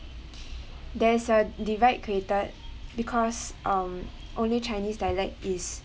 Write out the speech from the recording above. there is a divide created because um only chinese dialect is